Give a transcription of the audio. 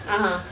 (uh huh)